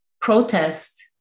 protest